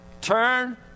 Turn